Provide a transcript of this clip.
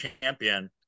champion